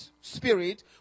Spirit